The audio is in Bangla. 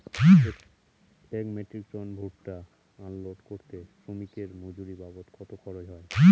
এক মেট্রিক টন ভুট্টা আনলোড করতে শ্রমিকের মজুরি বাবদ কত খরচ হয়?